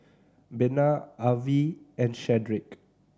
Bena Avie and Shedrick